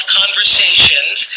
conversations